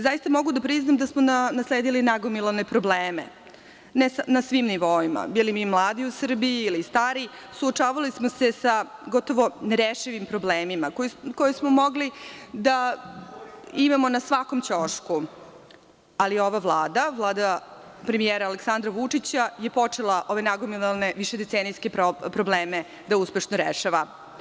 Zaista mogu da priznam da smo nasledili nagomilane probleme na svim nivoima, bili mi mladi u Srbiji ili stariji, suočavali smo se sa gotovo nerešivim problemima koje smo mogli da imamo na svakom ćošku, ali ova Vlada, Vlada premijera Aleksandra Vučića, počela je ove nagomilane višedecenijske probleme da uspešno rešava.